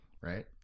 Right